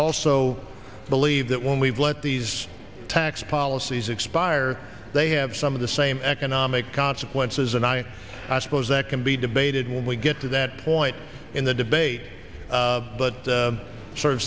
also believe that when we've let these tax policies expire they have some of the same economic consequences and i suppose that can be debated when we get to that point in the debate but